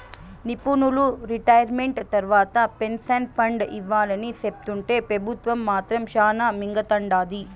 నిపునులు రిటైర్మెంట్ తర్వాత pension fund ఇవ్వాలని సెప్తుంటే పెబుత్వం మాత్రం శానా మింగతండాది